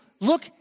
look